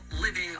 living